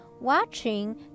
watching